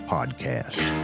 Podcast